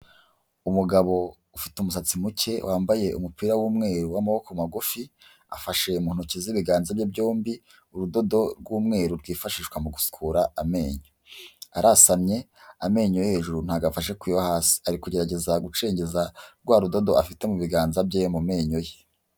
Umugabo ufite umusatsi muke wambaye umupira w'umweru w'amaboko magufi afashe mu ntoki z'ibiganza bye byombi urudodo rw'umweru byifashishwa mu gusukura amenyo arasamye amenyo yo hejuru ntago afashe kuyo hasi ari kugerageza gucengeza rwa rudodo afite mu biganza bye mu menyo ye.